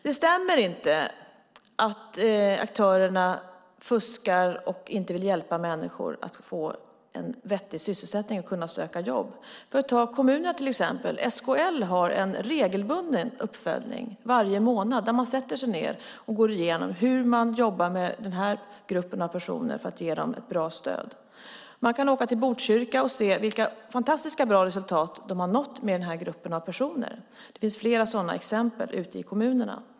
Det stämmer inte att aktörerna fuskar och inte vill hjälpa människor att få en vettig sysselsättning och kunna söka jobb. För att till exempel ta kommunerna har SKL en regelbunden uppföljning varje månad där man sätter sig ned och går igenom hur man jobbar med denna grupp av personer för att ge dem ett bra stöd. Man kan åka till Botkyrka och se vilka fantastiskt bra resultat som har uppnåtts där med denna grupp av personer. Det finns fler sådana exempel ute i kommunerna.